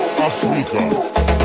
Africa